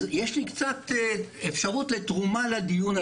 אז יש לי קצת אפשרות לתרומה לדיון הזה.